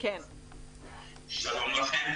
שלום לכם.